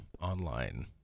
online